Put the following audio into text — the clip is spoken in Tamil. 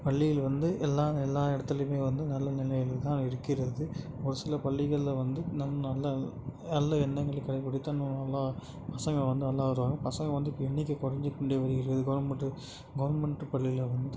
பள்ளியில் வந்து எல்லா எல்லா இடத்திலயுமே வந்து நல்ல நிலையில தான் இருக்கிறது ஒரு சில பள்ளிகளில் வந்து நம் நல்ல நல்ல எண்ணங்களை கடைப்பிடித்தால் இன்னும் நல்லா பசங்கள் வந்து நல்லா வருவாங்க பசங்கள் வந்து இப்போ எண்ணிக்கை கொறஞ்சு கொண்டே வருகிறது கவர்மெண்டு கவர்மெண்ட்டு பள்ளியில் வந்து